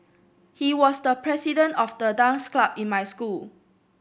he was the president of the dance club in my school